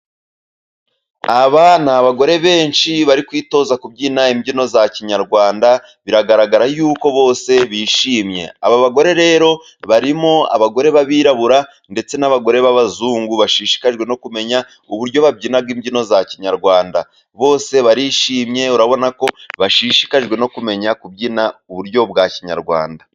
Aba ni abagore benshi bari kwitoza kubyina imbyino za kinyarwanda, biragaragara yuko bose bishimye, aba bagore rero barimo abagore b'abirabura ndetse n'abagore b'abazungu, bashishikajwe no kumenya uburyo babyina imbyino za kinyarwanda, bose barishimye urabona ko bashishikajwe no kumenya kubyina, uburyo bwa kinyarwanda.